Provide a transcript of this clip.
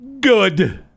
good